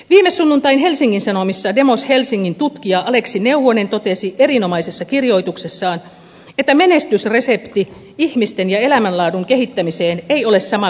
viime sunnuntain helsingin sanomissa demos helsingin tutkija aleksi neuvonen totesi erinomaisessa kirjoituksessaan että menestysresepti ihmisten ja elämänlaadun kehittämiseen ei ole sama kuin ennen